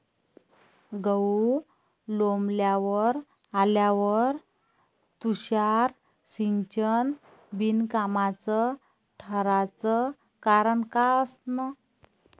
गहू लोम्बावर आल्यावर तुषार सिंचन बिनकामाचं ठराचं कारन का असन?